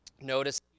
Notice